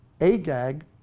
Agag